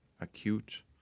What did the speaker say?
acute